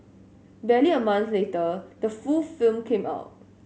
barely a month later the full film came out